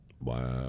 Wow